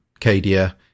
Cadia